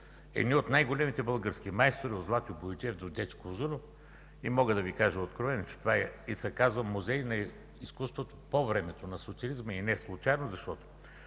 едни от най-големите български майстори – от Златю Бояджиев до Дечко Узунов. Мога да Ви кажа откровено, че се казва Музей на изкуството по времето на социализма. И неслучайно, защото